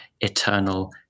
eternal